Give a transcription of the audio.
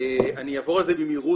אני אעבור על זה במהירות,